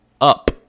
up